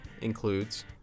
includes